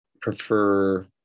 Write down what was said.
prefer